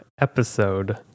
episode